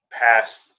past